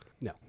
No